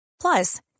plus